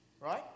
Right